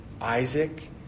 Isaac